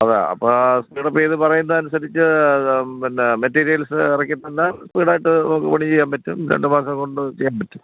അതെ അപ്പം സ്പീഡപ്പ് ചെയ്ത് പറയുന്നതനുസരിച്ച് പിന്നെ മെറ്റീരിയൽസ് ഇറക്കിത്തന്നാൽ സ്പീഡായിട്ട് നമുക്ക് പണി ചെയ്യാൻ പറ്റും രണ്ട് മാസം കൊണ്ട് ചെയ്യാൻ പറ്റും